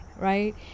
right